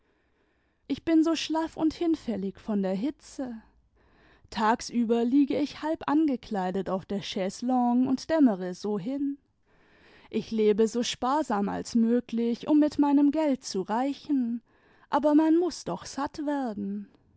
ich bin so schlaff und hinfällig von der hitze tagsüber liege ich kalb angekleidet auf der chaiselongue und dämmere so hin ich lebe so sparsam als möglich um mit meinem geld zu reichen aber man muß doch satt werden